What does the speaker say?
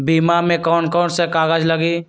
बीमा में कौन कौन से कागज लगी?